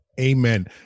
Amen